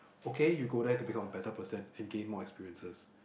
okay you go there to be a better person and gain more experiences